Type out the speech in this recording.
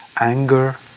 Anger